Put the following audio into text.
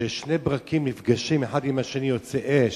כששני ברקים נפגשים אחד עם השני, יוצאת אש.